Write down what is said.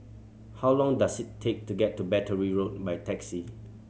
how long does it take to get to Battery Road by taxi